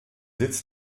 sitz